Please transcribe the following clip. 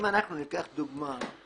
אם אנחנו ניקח דוגמה,